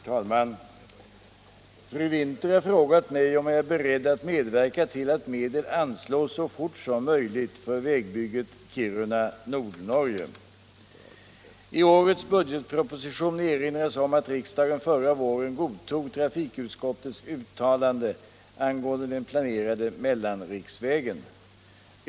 Herr talman! Fru Winther har frågat mig om jag är beredd att medverka till att medel anslås så fort som möjligt för vägbygget Kiruna-Nordnorge. I årets budgetproposition erinras om att riksdagen förra våren godtog trafikutskottets uttalande angående den planerade mellanriksvägen.